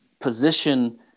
position